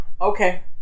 okay